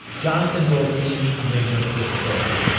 jonathan goldstein brings us this story.